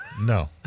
No